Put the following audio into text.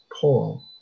Paul